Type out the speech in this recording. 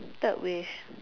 third wish